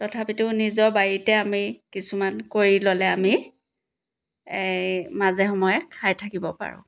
তথাপিতো নিজৰ বাৰীতে আমি কিছুমান কৰি ল'লে আমি মাজে সময়ে খাই থাকিব পাৰোঁ